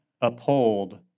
uphold